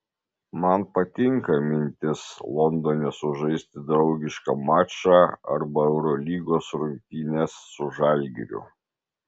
man patinka mintis londone sužaisti draugišką mačą arba eurolygos rungtynes su žalgiriu